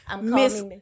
Miss